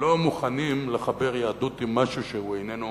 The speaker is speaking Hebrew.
לא מוכנים לחבר יהדות עם משהו שאיננו